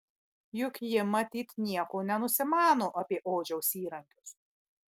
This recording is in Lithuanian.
juk ji matyt nieko nenusimano apie odžiaus įrankius